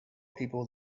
people